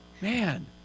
Man